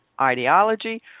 ideology